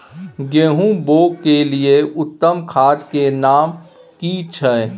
गेहूं बोअ के लिये उत्तम खाद के नाम की छै?